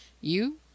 You